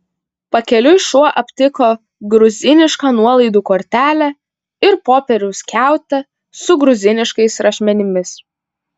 pakeliui šuo aptiko gruzinišką nuolaidų kortelę ir popieriaus skiautę su gruziniškais rašmenimis